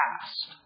past